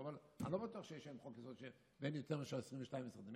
אבל אני לא בטוח שיש היום חוק-יסוד שאין יותר מאשר 22 משרדים.